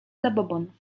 zabobon